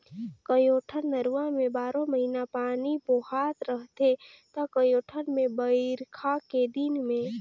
कयोठन नरूवा में बारो महिना पानी बोहात रहथे त कयोठन मे बइरखा के दिन में